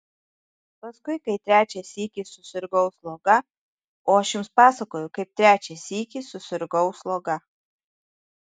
paskui kai trečią sykį susirgau sloga o aš jums pasakojau kaip trečią sykį susirgau sloga